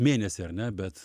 mėnesį ar ne bet